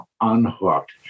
unhooked